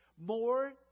more